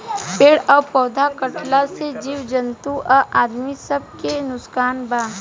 पेड़ आ पौधा कटला से जीव जंतु आ आदमी सब के भी नुकसान बा